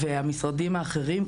המשרדים האחרים,